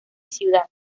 ciudad